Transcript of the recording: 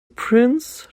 prince